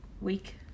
week